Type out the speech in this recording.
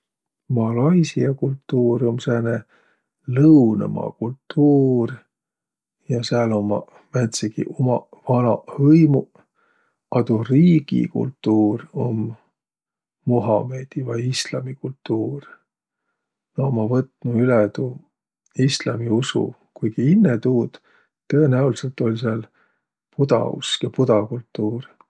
Malaisia kultuur um sääne lõunõmaa kultuur. Ja sääl ummaq määntsegiq umaq vanaq hõimuq. A tuu riigikultuur um muhamedi- vai islamikultuur. Nä ummaq võtnuq üle tuu islamiusu, kuiki inne tuud tõõnäolidsõlt oll' sääl budausk ja buda kultuur.